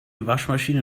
waschmaschine